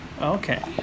Okay